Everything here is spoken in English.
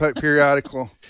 periodical